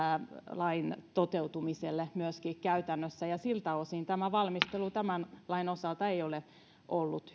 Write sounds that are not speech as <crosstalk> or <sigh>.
lain toteutumiselle myöskin käytännössä ja siltä osin tämä valmistelu tämän lain osalta ei ole ollut <unintelligible>